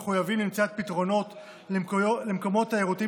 מחויבת למציאת פתרונות למקומות תיירותיים